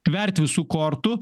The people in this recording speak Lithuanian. tvert visų kortų